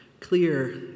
Clear